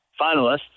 finalists